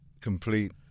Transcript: complete